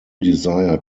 desire